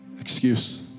excuse